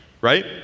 right